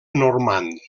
normand